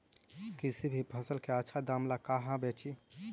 किसी भी फसल के आछा दाम ला कहा बेची?